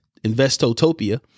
Investotopia